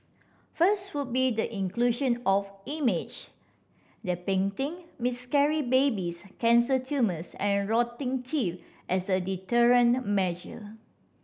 first would be the inclusion of image depicting miscarried babies cancer tumours and rotting teeth as a deterrent measure